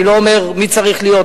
אני לא אומר מי צריך להיות,